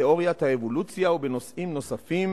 תיאוריית האבולוציה ובנושאים נוספים,